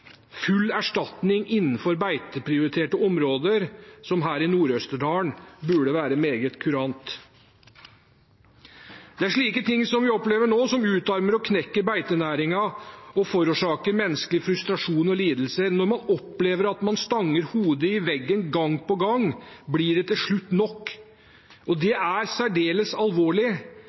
Full erstatning innenfor beiteprioriterte områder, som i Nord-Østerdal, burde være meget kurant. Det er slike ting som vi opplever nå, som utarmer og knekker beitenæringen og forårsaker menneskelig frustrasjon og lidelse. Når man opplever at man stanger hodet i veggen gang på gang, blir det til slutt nok. Det er særdeles alvorlig,